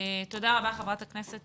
תודה רבה חברת הכנסת